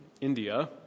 India